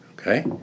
Okay